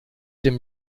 dem